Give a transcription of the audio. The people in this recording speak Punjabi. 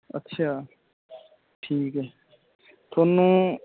ਅੱਛਾ ਠੀਕ ਹੈ ਤੁਹਾਨੂੰ